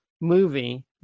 movie